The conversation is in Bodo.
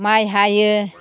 माइ हायो